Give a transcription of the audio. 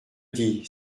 dis